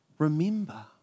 remember